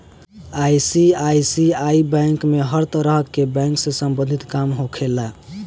ICICI bank में हर तरह के बैंक से सम्बंधित काम होखेला